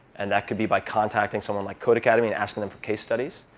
and that could be by contacting someone like code academy and asking them for case studies.